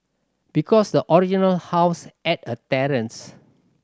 because the original house had a terrace